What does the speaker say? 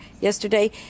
yesterday